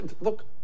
Look